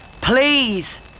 please